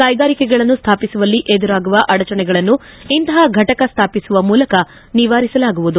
ಕ್ಟೆಗಾರಿಕೆಗಳನ್ನು ಸ್ವಾಪಿಸುವಲ್ಲಿ ಎದುರಾಗುವ ಅಡಚಣೆಗಳನ್ನು ಇಂತಹ ಫಟಕ ಸ್ವಾಪಿಸುವ ಮೂಲಕ ನಿವಾರಿಸಲಾಗುವುದು